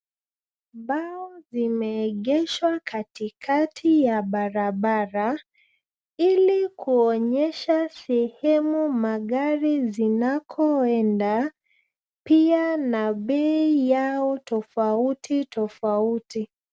Mbao zimeegeshwa katikati ya barabara ili kuonyesha sehemu magari zinakoenda pia na bei yao tofauti tofauti.